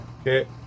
Okay